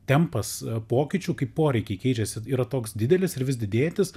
tempas pokyčių kai poreikiai keičiasi yra toks didelis ir vis didėjantis